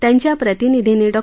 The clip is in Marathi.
त्यांच्या प्रतिनिधींनी डॉ